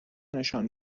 نشان